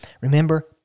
Remember